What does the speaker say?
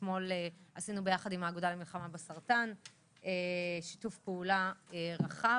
אתמול עשינו יחד עם האגודה למלחמה בסרטן שיתוף פעולה רחב